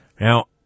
Now